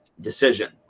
decision